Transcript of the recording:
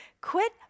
quit